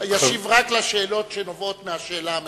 ישיב רק על שאלות שנובעות מהשאלה המרכזית.